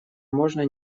можно